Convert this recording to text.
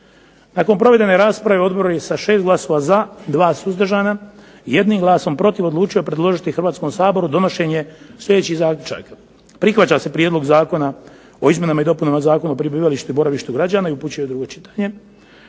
Nakon provedene rasprave odbor je sa 6 glasova za, 2 suzdržana, jednim glasom protiv odlučio predložiti Hrvatskom saboru donošenje sljedećih zaključaka. Prihvaća se Prijedlog zakona o izmjenama i dopunama Zakona o prebivalištu i boravištu građana i upućuje i drugo čitanje.